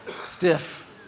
Stiff